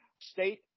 state